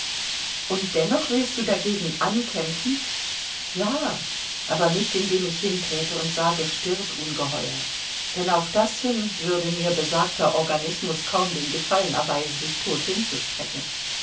und dennoch willst du dagegen ankämpfen ja aber nicht indem ich hintrete und ihm sage stirb ungeheuer denn auf das hin würde mir besagter organismus kaum den gefallen erweisen sich tot